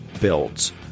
builds